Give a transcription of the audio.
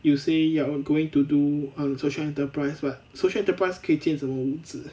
you say you're going to do err social enterprise but social enterprise 可以建什么屋子